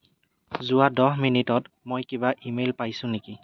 যোৱা দহ মিনিটত মই কিবা ইমেইল পাইছোঁ নেকি